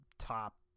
top